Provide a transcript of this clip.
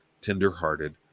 tender-hearted